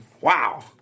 wow